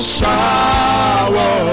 shower